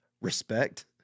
respect